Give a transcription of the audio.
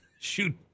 shoot